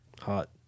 Hot